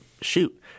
shoot